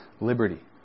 liberty